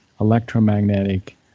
electromagnetic